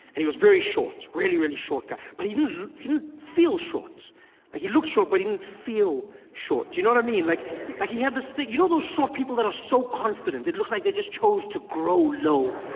and he was very short, really, really short guy. but he didn't he didn't feel short ah he looked short but he didn't feel short, do you know what i mean? like but he had this thing. you know those short people that are so confident? it looks like they just chose to grow low.